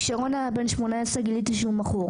כשרון היה בן 18, גיליתי שהוא מכור.